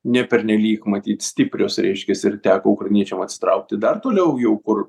nepernelyg matyt stiprios reiškias ir teko ukrainečiam atsitraukti dar toliau jau kur